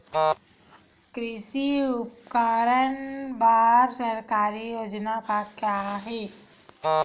कृषि उपकरण बर सरकारी योजना का का हे?